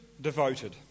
devoted